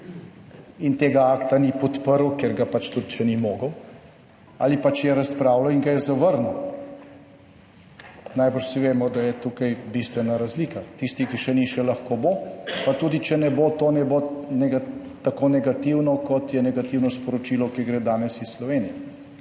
in tega akta ni podprl, ker ga pač tudi če ni mogel ali pa če je razpravljal in ga je zavrnil. Najbrž vsi vemo, da je tukaj bistvena razlika, tisti, ki še ni, še lahko bo, pa tudi če ne bo, to ne bo tako negativno, kot je negativno sporočilo, ki gre danes iz Slovenije